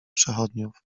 przechodniów